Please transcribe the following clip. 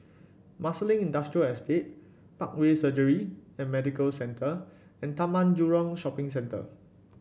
Marsiling Industrial Estate Parkway Surgery and Medical Centre and Taman Jurong Shopping Centre